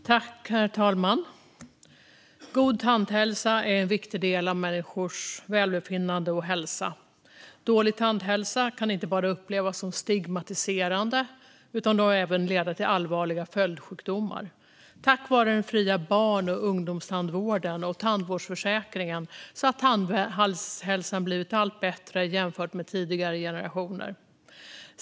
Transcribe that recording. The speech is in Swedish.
Herr talman! God tandhälsa är en viktig del av människors välbefinnande och hälsa. Dålig tandhälsa kan inte bara upplevas som stigmatiserande utan även leda till allvarliga följdsjukdomar. Tack vare den fria barn och ungdomstandvården och tandvårdsförsäkringen har tandhälsan blivit allt bättre jämfört med tidigare generationer.